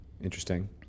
Interesting